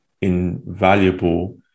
invaluable